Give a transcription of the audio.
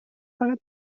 فقط